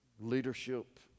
Leadership